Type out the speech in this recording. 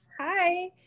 Hi